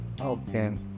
Okay